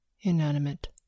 inanimate